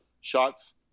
shots